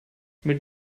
mit